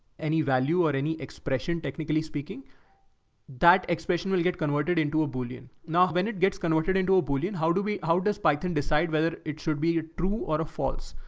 any value or any expression, technically speaking that expression will get converted into a bullion. now, when it gets converted into a bullion, how do we, how does python decide whether it should be true or a false?